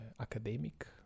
academic